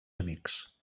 amics